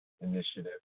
initiative